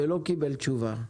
ולא קיבל תשובה.